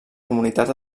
comunitat